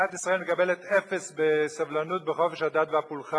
ישראל מקבלת אפס בסובלנות בחופש הדת והפולחן,